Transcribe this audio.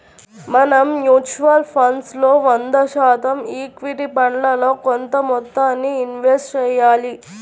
మనం mutual funds లో వంద శాతం ఈక్విటీ ఫండ్లలో కొంత మొత్తాన్నే ఇన్వెస్ట్ చెయ్యాలి